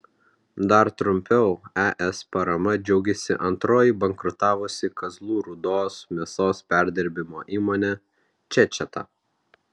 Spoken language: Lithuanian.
dar trumpiau es parama džiaugėsi antroji bankrutavusi kazlų rūdos mėsos perdirbimo įmonė čečeta